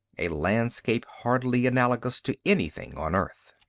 a landscape hardly analogous to anything on earth.